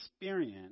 experience